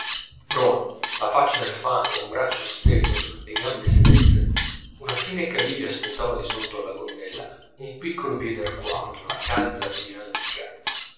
prono la faccia nel fango un braccio steso le gambe stese una fine caviglia spuntava di sotto alla gonnella un piccolo piede arcuato la calza bianca